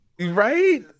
right